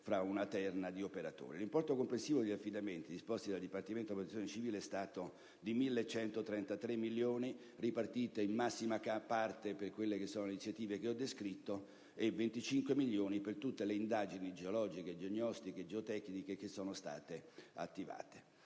L'importo complessivo degli affidamenti disposti dal Dipartimento della protezione civile è stato di 1.133 milioni di euro, ripartiti in massima parte per le iniziative che ho descritto, e 25 milioni di euro per tutte le indagini geologiche, geognostiche e geotecniche che sono state attivate.